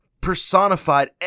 personified